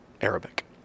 Arabic